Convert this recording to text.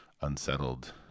unsettled